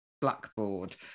blackboard